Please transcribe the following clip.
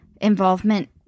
involvement